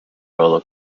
rollo